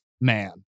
man